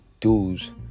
dudes